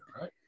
right